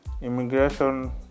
Immigration